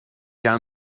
down